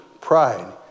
Pride